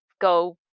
go